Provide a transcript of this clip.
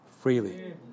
freely